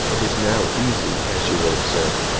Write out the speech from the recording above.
it is now easy, as you will observe,